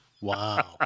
wow